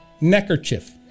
Neckerchief